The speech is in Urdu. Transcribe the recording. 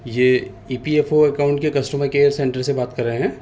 یہ E P F O account کے کسٹمر کیئر سینٹر سے بات کر رہے ہیں